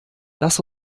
lass